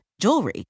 jewelry